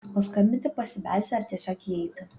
paskambinti pasibelsti ar tiesiog įeiti